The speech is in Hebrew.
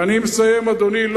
אני מסיים, אדוני.